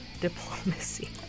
diplomacy